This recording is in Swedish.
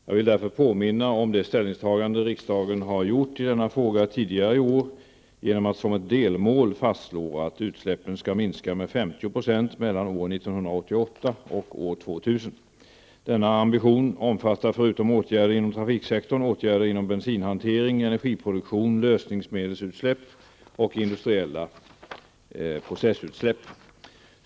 Jag vill därför påminna om det ställningstagande riksdagen har gjort i denna fråga tidigare i år genom att som ett delmål fastslå att utsläppen skall minska med 50 % mellan år 1988 och år 2000. Denna ambition omfattar förutom åtgärder inom trafiksektorn åtgärder inom bensinhantering, energiproduktion, lösningsmedelsutsläpp och industriella processutsläpp.